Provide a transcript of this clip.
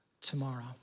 tomorrow